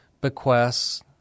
bequests